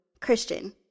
Christian